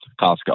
Costco